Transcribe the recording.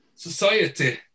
Society